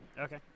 Okay